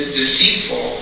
deceitful